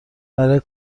برای